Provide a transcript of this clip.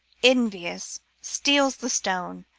envious, steals the stone,